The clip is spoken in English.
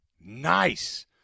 Nice